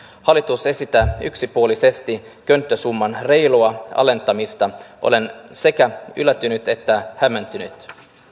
hallitus esittää yksipuolisesti könttäsumman reilua alentamista olen sekä yllättynyt että hämmentynyt